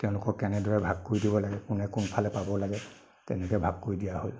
তেওঁলোকক কেনেদৰে ভাগ কৰি দিব লাগে কোনে কোনফালে পাব লাগে তেনেকে ভাগ কৰি দিয়া হ'ল